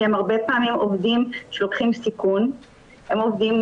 שהם הרבה פעמים עובדים שלוקחים סיכון או עובדים